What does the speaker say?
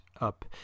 up